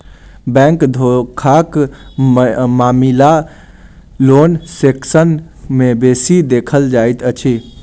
bank धोखाक मामिला loan section मे बेसी देखल जाइत अछि